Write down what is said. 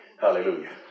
Hallelujah